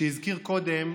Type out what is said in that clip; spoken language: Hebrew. שהזכיר קודם,